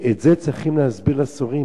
את זה צריך להסביר לרוסים.